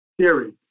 theory